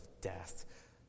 death